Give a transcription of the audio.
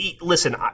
listen